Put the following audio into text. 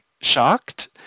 shocked